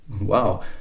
Wow